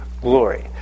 glory